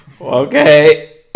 Okay